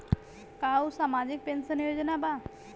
का उ सामाजिक पेंशन योजना बा?